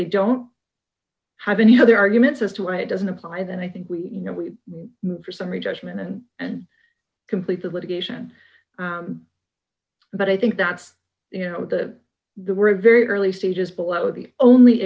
they don't have any other arguments as to why it doesn't apply then i think we you know we move for summary judgment and completed litigation but i think that's you know the the we're very early stages below the only